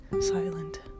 silent